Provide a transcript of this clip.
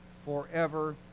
forever